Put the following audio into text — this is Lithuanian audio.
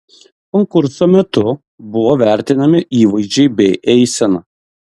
konkurso metu buvo vertinami įvaizdžiai bei eisena